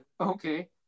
okay